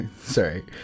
Sorry